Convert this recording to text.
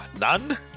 none